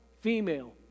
female